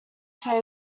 say